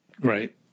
Right